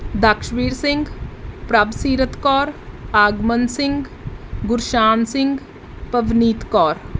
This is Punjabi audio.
ਦਾਕਸ਼ਵੀਰ ਸਿੰਘ ਪ੍ਰਭਸੀਰਤ ਕੌਰ ਆਗਮਨ ਸਿੰਘ ਗੁਰਸ਼ਾਮ ਸਿੰਘ ਪਵਨੀਤ ਕੌਰ